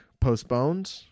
postponed